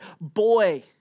boy